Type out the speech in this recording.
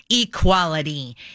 equality